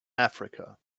africa